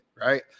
right